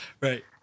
Right